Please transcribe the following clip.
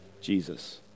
Jesus